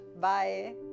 Bye